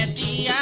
and the yeah